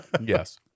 yes